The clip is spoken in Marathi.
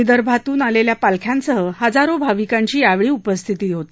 विदर्भातून आलेल्या पालख्यांसह इजारो भाविकांची यावेळी उपस्थिती होती